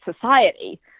society